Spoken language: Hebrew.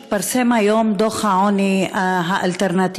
התפרסם היום דוח העוני האלטרנטיבי.